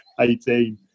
18